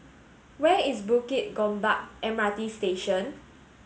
where is Bukit Gombak M R T Station